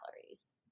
calories